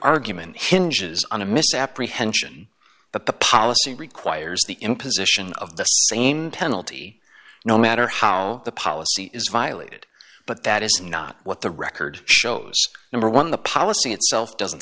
argument hinges on a misapprehension but the policy requires the imposition of the same penalty no matter how the policy is violated but that is not what the record shows number one the policy itself doesn't